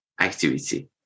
activity